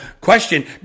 question